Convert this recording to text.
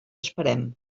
esperem